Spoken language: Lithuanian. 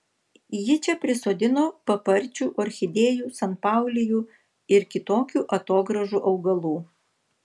ji čia prisodino paparčių orchidėjų sanpaulijų ir kitokių atogrąžų augalų